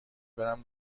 برم